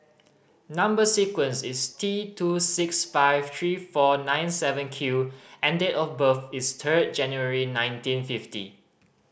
number sequence is T two six five three four nine seven Q and date of birth is ten January nineteen fifty